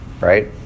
right